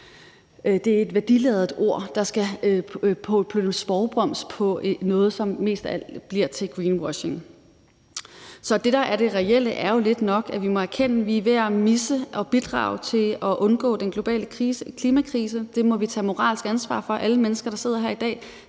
Det er et værdiladet ord, der som en sprogblomst skal pynte på noget, som mest af alt bliver greenwashing. Så det, der er det reelle, er jo nok lidt, at vi må erkende, at vi er ved at misse at bidrage til at undgå den globale klimakrise. Det må vi tage moralsk ansvar for. Alle de mennesker, der sidder her i dag,